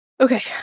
Okay